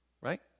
Right